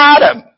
Adam